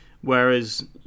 Whereas